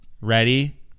Ready